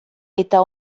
eta